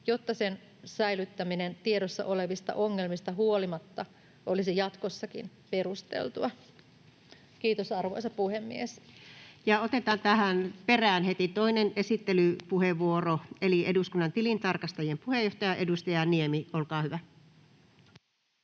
jotta sen säilyttäminen tiedossa olevista ongelmista huolimatta olisi jatkossakin perusteltua.” — Kiitos, arvoisa puhemies. Voitte jatkaa. Ja otetaan tähän perään heti toinen esittelypuheenvuoro eli eduskunnan tilintarkastajien puheenjohtaja, edustaja Niemi, olkaa hyvä.